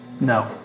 No